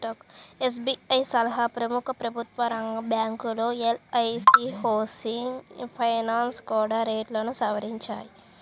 SBI సహా ప్రముఖ ప్రభుత్వరంగ బ్యాంకులు, ఎల్.ఐ.సీ హౌసింగ్ ఫైనాన్స్ కూడా రేట్లను సవరించాయి